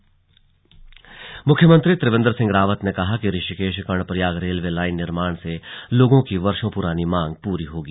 railway line CM मुख्यमंत्री त्रिवेन्द्र सिंह रावत ने कहा कि ऋषिकेश कर्णप्रयाग रेलवे लाईन निर्माण से लोगों की वर्षो पुरानी मांग पूरी होगी